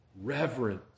reverence